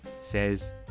says